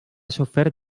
sofert